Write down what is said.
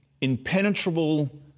impenetrable